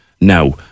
now